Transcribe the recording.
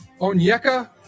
Onyeka